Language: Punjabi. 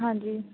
ਹਾਂਜੀ